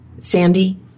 Sandy